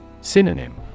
Synonym